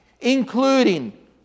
including